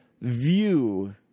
view